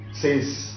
says